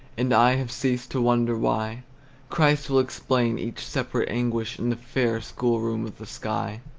and i have ceased to wonder why christ will explain each separate anguish in the fair schoolroom of the sky.